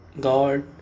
God